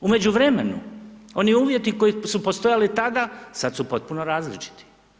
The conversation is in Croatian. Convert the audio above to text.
U međuvremenu oni uvjeti koji su postojali tada sad su potpuno različiti.